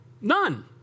none